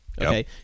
Okay